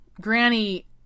Granny